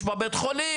יש בה בית חולים.